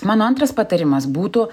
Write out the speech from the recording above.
mano antras patarimas būtų